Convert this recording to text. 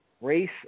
race